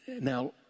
Now